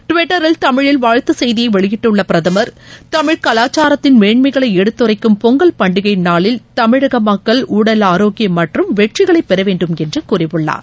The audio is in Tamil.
டுவிட்டரில் தமிழில் வாழ்த்துச் செய்தியை வெளியிட்டுள்ள பிரதமர் தமிழ் கவாச்சாரத்தின் மேன்மைகளை எடுத்துரைக்கும் பொங்கல் பண்டிகை நாளில் தமிழக மக்கள் உடல் ஆரோக்கியம் மற்றும் வெற்றிகளை பெறவேண்டும் என்று கூறியுள்ளார்